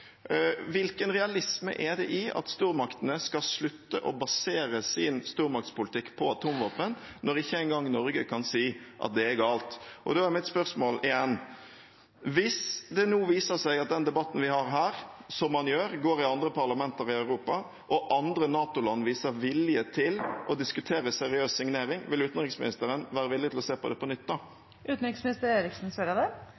Hvilken realisme er det i at stormaktene skal slutte å basere sin stormaktspolitikk på atomvåpen, når ikke engang Norge kan si at det er galt? Da er mitt spørsmål igjen: Hvis det nå viser seg at den debatten vi har her, går – som den gjør – i andre parlamenter i Europa, og andre NATO-land viser vilje til å diskutere seriøs signering, vil utenriksministeren være villig til å se på det på nytt